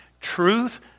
Truth